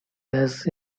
has